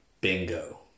Bingo